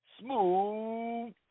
smooth